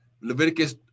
Leviticus